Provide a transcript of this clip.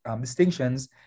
distinctions